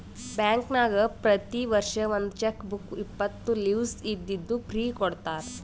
ಬ್ಯಾಂಕ್ನಾಗ್ ಪ್ರತಿ ವರ್ಷ ಒಂದ್ ಚೆಕ್ ಬುಕ್ ಇಪ್ಪತ್ತು ಲೀವ್ಸ್ ಇದ್ದಿದ್ದು ಫ್ರೀ ಕೊಡ್ತಾರ